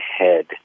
head